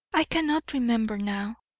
i cannot remember now.